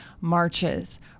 Marches